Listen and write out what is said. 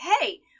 Hey